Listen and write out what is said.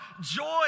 Joy